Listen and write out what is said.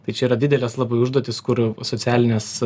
tai čia yra didelės labai užduotys kur socialinės